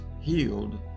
healed